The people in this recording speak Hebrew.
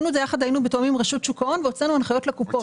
היינו בתיאום עם רשות שוק ההון והוצאנו הנחיות לקופות.